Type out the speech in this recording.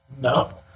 No